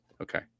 okay